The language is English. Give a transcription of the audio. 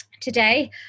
today